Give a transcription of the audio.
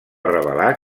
revelar